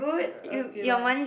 okay lah